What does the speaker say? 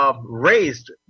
Raised